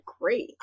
great